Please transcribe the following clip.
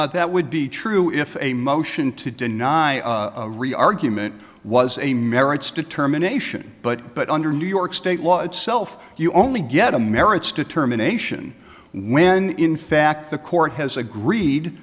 act that would be true if a motion to deny argument was a merits determination but but under new york state law itself you only get a merits determination when in fact the court has agreed